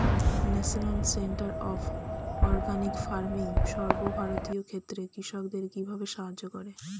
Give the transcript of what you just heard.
National centre of organic farming সর্বভারতীয় ক্ষেত্রে কৃষকদের কিভাবে সাহায্য করে?